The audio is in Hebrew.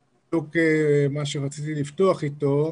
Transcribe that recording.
זה בדיוק מה שרציתי לפתוח איתו.